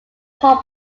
halt